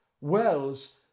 Wells